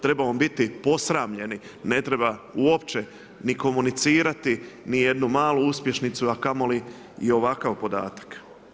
Trebamo biti posramljeni, ne treba uopće ni komunicirati ni jednu malu uspješnicu, a kamoli i ovakav podatak.